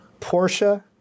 Porsche